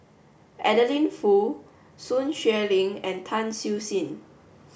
Adeline Foo Sun Xueling and Tan Siew Sin